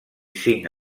cinc